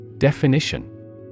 Definition